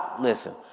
Listen